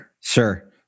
sure